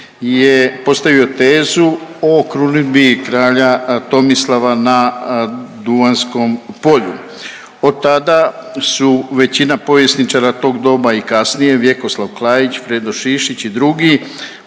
je postavio tezu o krunidbi kralja Tomislava na Duvanjskom polju. Od tada su većina povjesničara tog doba i kasnije Vjekoslav Klarić, Ferdo Šišić i drugi